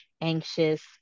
anxious